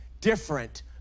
different